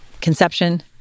conception